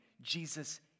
Jesus